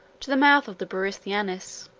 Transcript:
to the mouth of the borysthenes,